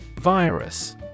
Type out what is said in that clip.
Virus